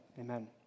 Amen